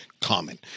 common